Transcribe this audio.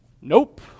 Nope